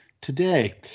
Today